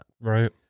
Right